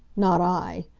not i!